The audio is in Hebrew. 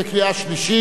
בקריאה שלישית,